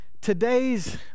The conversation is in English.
Today's